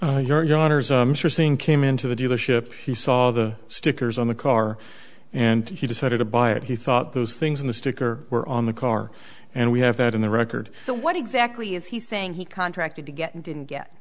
seeing came into the dealership he saw the stickers on the car and he decided to buy it he thought those things on the sticker were on the car and we have that in the record so what exactly is he saying he contracted to get didn't get